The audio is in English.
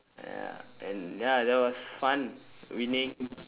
ya and ya that was fun winning